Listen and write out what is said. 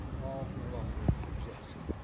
all no longer exist.